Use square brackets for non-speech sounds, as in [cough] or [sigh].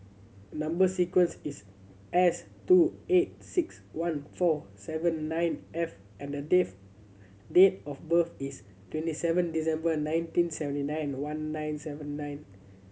number sequence is S two eight six one four seven nine F and the [unintelligible] date of birth is twenty seven December nineteen seventy nine one nine seven nine